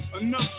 Enough